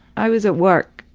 i was at work,